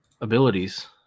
abilities